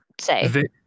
say